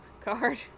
card